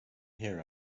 hear